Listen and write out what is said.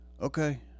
Okay